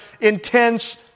intense